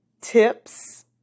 tips